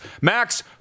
Max